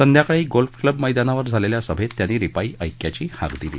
सायंकाळी golf club मैदानावर झालेल्या सभेत त्यांनी रिपाइं ऐक्याची हाक दिली